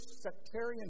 sectarian